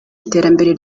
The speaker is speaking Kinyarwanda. iterambere